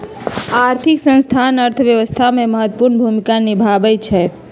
आर्थिक संस्थान अर्थव्यवस्था में महत्वपूर्ण भूमिका निमाहबइ छइ